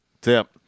Tip